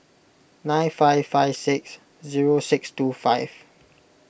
nine five five six zero six two five